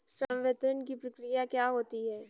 संवितरण की प्रक्रिया क्या होती है?